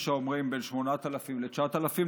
יש האומרים בין 8,000 ל-9,000,